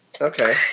Okay